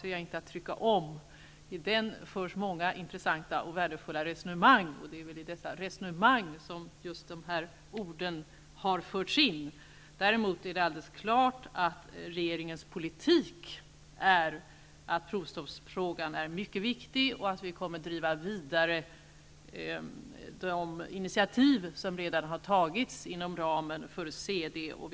I den förs många intressanta och värdefulla resonemang. Det är i dessa resonemang som dessa ord har förts in. Det är däremot alldeles klart att regeringens politik är att frågan om provstopp är mycket viktig. Regeringen kommer att driva vidare de initiativ som redan har tagits inom ramen för CD.